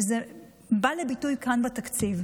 וזה בא לביטוי כאן בתקציב.